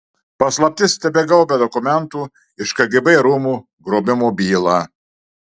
paslaptis tebegaubia dokumentų iš kgb rūmų grobimo bylą